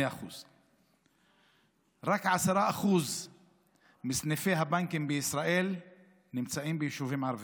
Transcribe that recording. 2%. רק 10% מסניפי הבנקים בישראל נמצאים ביישובים ערביים.